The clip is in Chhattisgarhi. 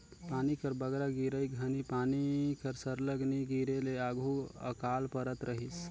पानी कर बगरा गिरई घनी पानी कर सरलग नी गिरे ले आघु अकाल परत रहिस